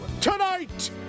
tonight